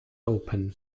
open